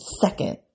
second